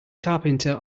carpenter